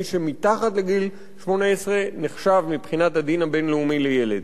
מי שמתחת לגיל 18 נחשב מבחינת הדין הבין-לאומי לילד.